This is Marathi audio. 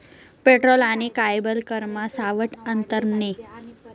पेट्रोल आणि कार्यबल करमा सावठं आंतर नै